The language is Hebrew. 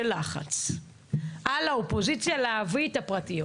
לחץ על האופוזיציה להביא את הפרטיות.